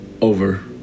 over